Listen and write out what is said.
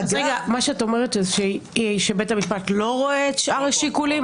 את אומרת שבית המשפט לא רואה את שאר השיקולים?